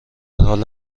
حال